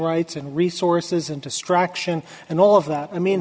rights and resources and distraction and all of that i mean